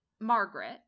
Margaret